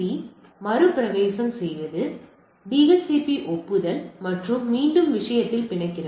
எனவே மறுபிரவேசம் செய்வது டிஹெச்சிபி ஒப்புதல் மற்றும் மீண்டும் விஷயத்தில் பிணைக்கிறது